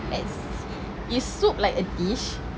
let's see is soup like a dish